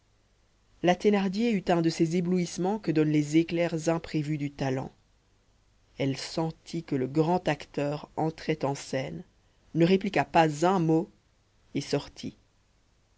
la thénardier eut un de ces éblouissements que donnent les éclairs imprévus du talent elle sentit que le grand acteur entrait en scène ne répliqua pas un mot et sortit